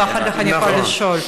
ואחרי כן אני יכולה לשאול.